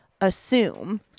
assume